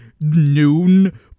noon